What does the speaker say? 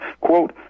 quote